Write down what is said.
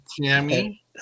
Tammy